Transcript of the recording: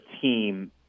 team